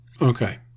Okay